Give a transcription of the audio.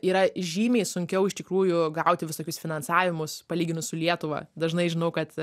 yra žymiai sunkiau iš tikrųjų gauti visokius finansavimus palyginus su lietuva dažnai žinau kad